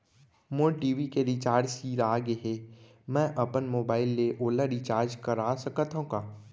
मोर TV के recharge सिरा गे हे, मैं अपन मोबाइल ले ओला रिचार्ज करा सकथव का?